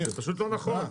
זה פשוט לא נכון.